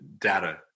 data